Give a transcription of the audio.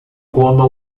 coma